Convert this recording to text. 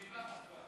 אני בא.